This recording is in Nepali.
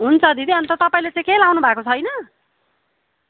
हुन्छ दिदी अन्त तपाईँले चाहिँ केही लगाउनु भएको छैन